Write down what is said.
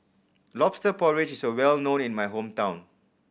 Lobster Porridge is well known in my hometown